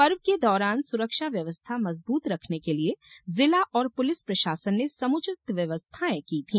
पर्व के दौरान सुरक्षा व्यवस्था मजबूत रखने के लिये जिला और पुलिस प्रशासन ने समुचित व्यवस्थाएं की थी